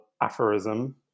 aphorism